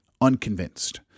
unconvinced